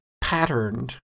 patterned